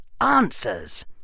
answers